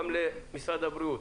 גם למשרד הבריאות,